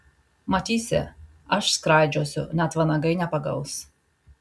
matysi aš skraidžiosiu net vanagai nepagaus